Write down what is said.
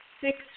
Six